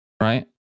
Right